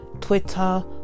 Twitter